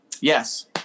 yes